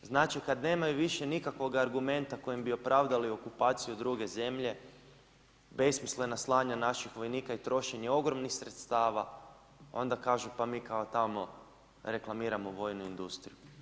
Znači, kad nemaju više nikakvog argumenta kojom bi opravdali okupaciju druge zemlje besmislena slanja naših vojnika i trošenja ogromnih sredstava onda kažu pa mi kao tamo reklamiramo vojnu industriju.